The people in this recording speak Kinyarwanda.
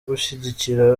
gushyigikira